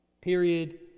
Period